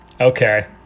Okay